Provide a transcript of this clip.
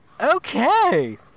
Okay